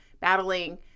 battling